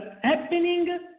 happening